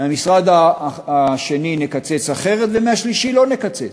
מהמשרד השני נקצץ אחרת ומהשלישי לא נקצץ.